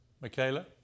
Michaela